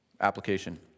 application